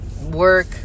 work